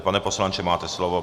Pane poslanče, máte slovo.